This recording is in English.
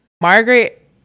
Margaret